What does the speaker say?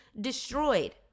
destroyed